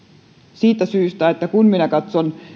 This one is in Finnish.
siitä syystä että kun minä katson